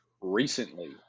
recently